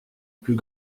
plus